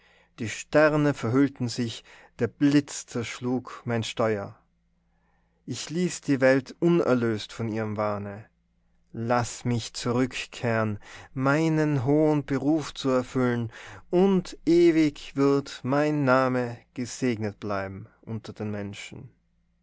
die sterne verhüllten sich der blitz zerschlug mein steuer ich ließ die welt unerlöst von ihrem wahne laß mich zurückkehren meinen hohen beruf zu erfüllen und ewig wird mein name gesegnet bleiben unter den menschen